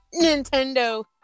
Nintendo